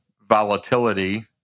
volatility